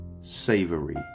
savory